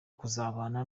kuzabana